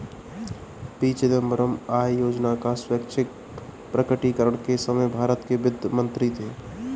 P Chidambaram आय योजना का स्वैच्छिक प्रकटीकरण के समय भारत के वित्त मंत्री थे